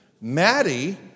Maddie